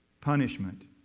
punishment